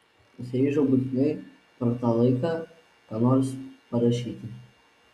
pasiryžau būtinai per tą laiką ką nors parašyti